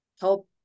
help